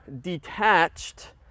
detached